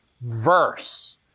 verse